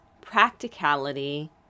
practicality